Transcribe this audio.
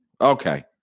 Okay